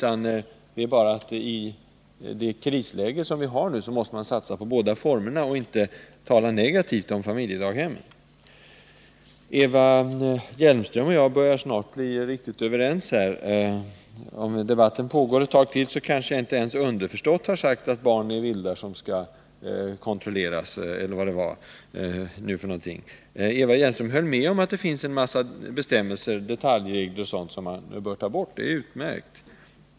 I det rådande krisläget måste man satsa på båda formerna och inte tala illa om familjedaghemmen. Eva Hjelmström och jag börjar bli riktigt överens. Om debatten pågår ett tag till, kanske jag inte ens underförstått har sagt att barn är vildar som skall kontrolleras. Eva Hjelmström höll med om att det finns en massa detaljregler som man bör ta bort. Det är utmärkt.